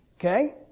Okay